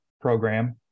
program